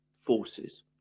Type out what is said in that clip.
forces